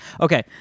Okay